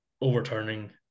overturning